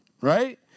right